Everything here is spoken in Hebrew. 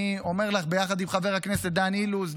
ביחד עם חבר הכנסת דן אילוז.